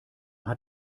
hat